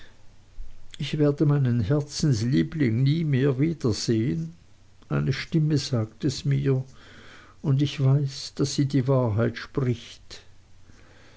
ich werde meinen herzensliebling nie mehr wiedersehen eine stimme sagt es mir und ich weiß daß sie die wahrheit spricht